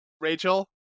Rachel